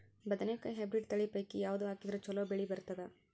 ಬದನೆಕಾಯಿ ಹೈಬ್ರಿಡ್ ತಳಿ ಪೈಕಿ ಯಾವದು ಹಾಕಿದರ ಚಲೋ ಬೆಳಿ ಬರತದ?